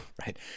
right